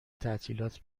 تعطیلات